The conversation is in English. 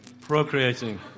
Procreating